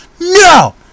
No